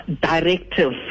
directive